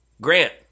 Grant